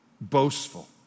boastful